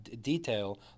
detail